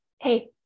hey